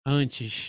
antes